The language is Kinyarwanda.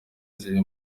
ziri